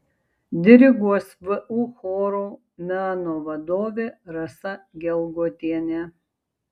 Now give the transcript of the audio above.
diriguos vu chorų meno vadovė rasa gelgotienė